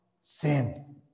sin